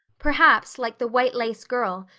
perhaps, like the white-lace girl,